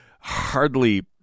Hardly